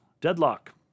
Deadlock